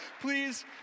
Please